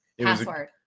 Password